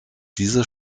diese